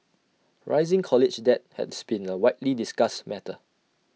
rising college debt has been A widely discussed matter